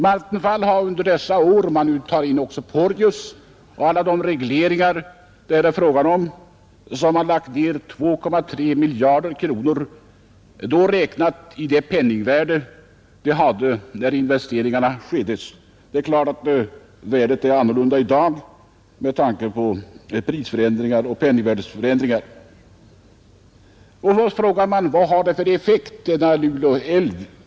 Vattenfall har under dessa år, om vi räknar in Porjus och alla de regleringar det här är fråga om, lagt ned 2,3 miljarder kronor, räknat i det penningvärde som rådde när investeringarna skedde. Det är klart att värdet är annorlunda i dag med tanke på prisförändringar och penningvärdeförändringar. Då frågar man: Vilken effekt kan Luleälven ge?